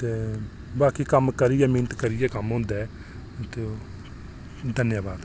ते बाकी कम्म करियै मैह्नत करियै कम्म होंदा ऐ ते ओह् धन्नवाद